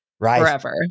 forever